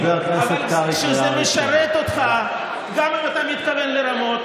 את מה עוד אתם הולכים למכור,